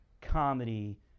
comedy